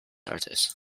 artes